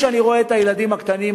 כשאני רואה את הילדים הקטנים,